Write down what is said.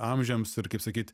amžiams ir kaip sakyt